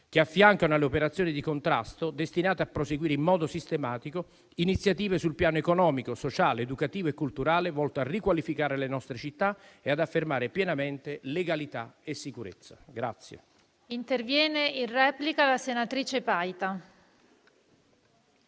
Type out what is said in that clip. che affiancano alle operazioni di contrasto, destinato a proseguire in modo sistematico, iniziative sul piano economico, sociale, educativo e culturale volte a riqualificare le nostre città e ad affermare pienamente legalità e sicurezza.